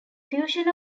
fusion